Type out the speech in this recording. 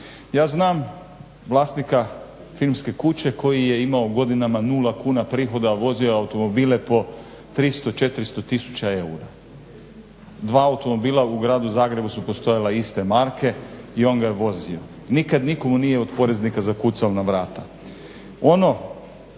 Ja znam vlasnika filmske kuće koji je imao godinama 0 kuna prihoda, a vozio je automobile po 300, 400 tisuća eura. Dva automobila u Gradu Zagrebu su postojala iste marke i on ga je vozio. Nikad nitko mu nije od poreznika zakucao na vrata.